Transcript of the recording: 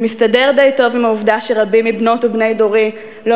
זה מסתדר די טוב עם העובדה שרבים מבנות ובני דורי לא